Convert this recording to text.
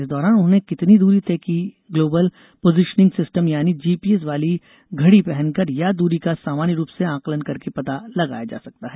इस दौरान उन्होंने कितनी दूरी तय की यह ग्लोकबल पोजिशनिंग सिस्टौम यानी जीपीएस वाली घड़ी पहन कर या दूरी का सामान्यं रूप से आकलन करके पता लगाया जा सकता है